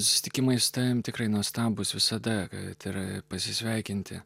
susitikimai su tavimi tikrai nuostabūs visada kad ir pasisveikinti